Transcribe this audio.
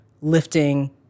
lifting